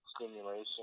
stimulation